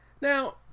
Now